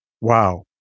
wow